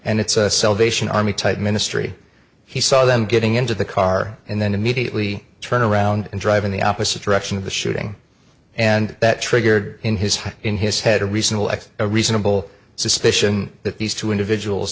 and it's a celebration army type ministry he saw them getting into the car and then immediately turn around and drive in the opposite direction of the shooting and that triggered in his in his head a reasonable and a reasonable suspicion that these two individuals